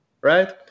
right